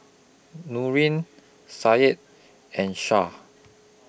Nurin Said and Syah